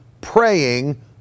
praying